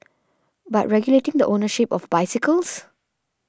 but regulating the ownership of bicycles